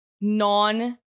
non